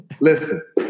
Listen